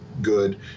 good